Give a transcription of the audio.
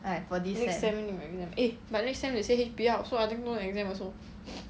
this sem 没有 exam eh but next sem they say H_B_L so I think no exam also